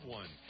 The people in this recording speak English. one